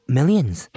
Millions